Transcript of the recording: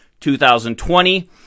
2020